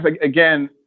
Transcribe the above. again